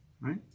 right